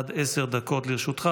עד עשר דקות לרשותך.